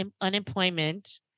unemployment